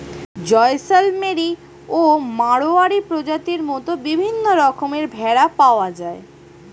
জয়সলমেরি ও মাড়োয়ারি প্রজাতির মত বিভিন্ন রকমের ভেড়া পাওয়া যায়